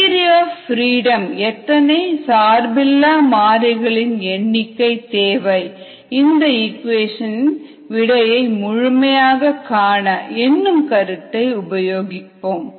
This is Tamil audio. டிகிரி ஆப் ஃப்ரீடம் எத்தனை சார் பில்லா மாறிகள் இன் எண்ணிக்கை தேவை இந்த இக்குவேஷன் இன் விடையை முழுமையாக காண என்னும் கருத்தை உபயோகிப்போம்